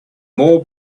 more